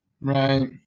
Right